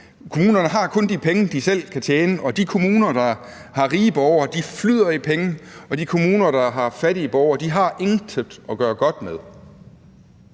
kommunerne kun har de penge, de selv kan tjene, og at de kommuner, der har rige borgere, flyder i penge, og at de kommuner, der har fattige borgere, intet har at gøre godt med,